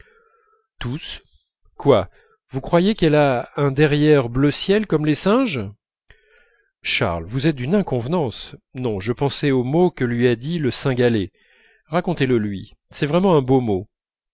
tous quoi vous croyez qu'elle a un derrière bleu ciel comme les singes charles vous êtes d'une inconvenance non je pensais au mot que lui a dit le cynghalais racontez le lui c'est vraiment un beau mot